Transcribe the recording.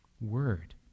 word